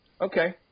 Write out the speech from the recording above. Okay